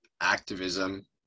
activism